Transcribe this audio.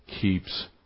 keeps